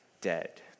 dead